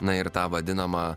na ir tą vadinamą